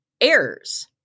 errors